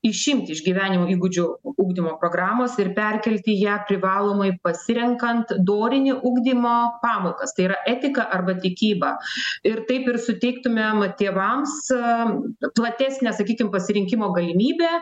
išimti iš gyvenimo įgūdžių ugdymo programos ir perkelti ją privalomai pasirenkant dorinį ugdymo pamokas tai yra etika arba tikyba ir taip ir suteiktumėm tėvams platesnę sakykim pasirinkimo galimybę